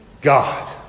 God